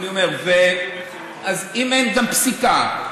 אז אם יש פסיקה,